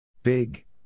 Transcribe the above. Big